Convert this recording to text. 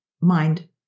mind